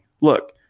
look